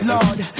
Lord